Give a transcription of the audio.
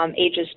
ages